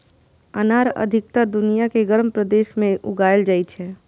अनार अधिकतर दुनिया के गर्म प्रदेश मे उगाएल जाइ छै